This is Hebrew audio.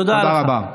תודה רבה.